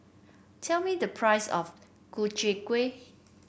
tell me the price of Ku Chai Kueh